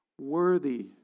worthy